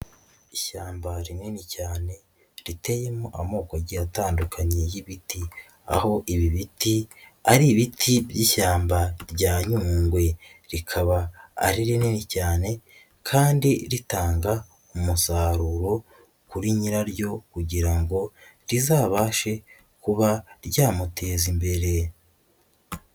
Ishyamba rinini cyane, riteyemo amoko agiye atandukanye y'ibiti, aho ibi biti ari ibiti by'ishyamba rya Nyungwe, rikaba ari rinini cyane kandi ritanga umusaruro kuri nyiraryo kugira ngo rizabashe kuba ryamuteza imbere.